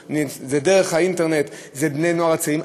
שלהם הוא דרך האינטרנט הם בני-הנוער והצעירים,